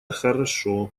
хорошо